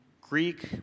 Greek